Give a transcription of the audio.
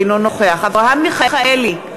אינו נוכח אברהם מיכאלי,